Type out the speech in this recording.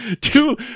two